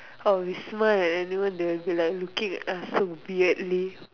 orh we smile and anyone there will be like looking at us so weirdly